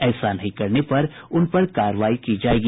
ऐसा नहीं करने पर उनपर कार्रवाई की जायेगी